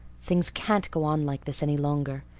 things can't go on like this any longer.